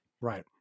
Right